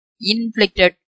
inflicted